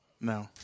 No